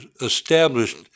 established